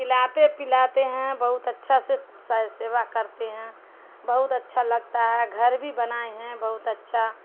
پلاتے پلاتے ہیں بہت اچھا سے سیوا کرتے ہیں بہت اچھا لگتا ہے گھر بھی بنائے ہیں بہت اچھا